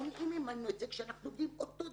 מונעים את זה מאיתנו את זה כשאנחנו אותו דבר,